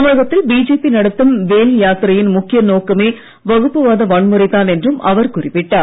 தமிழகத்தில் பிஜேபி நடத்தும் வேல் யாத்திரையின் முக்கிய நோக்கமே வகுப்புவாத வன்முறைதான் என்றும் அவர் குறிப்பிட்டார்